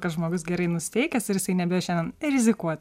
kad žmogus gerai nusiteikęs ir jisai nebijo šiandien rizikuoti